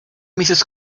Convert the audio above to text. mrs